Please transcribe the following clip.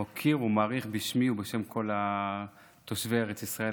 אני מוקיר ומעריך בשמי ובשם כל תושבי ארץ ישראל